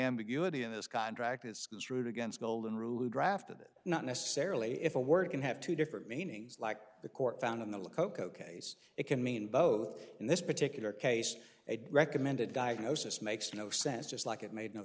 ambiguity in this contract is construed against golden rule drafted it not necessarily if a word can have two different meanings like the court found in the cocoa case it can mean both in this particular case a recommended diagnosis makes no sense just like it made no